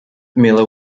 miller